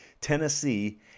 Tennessee